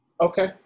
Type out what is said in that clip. Okay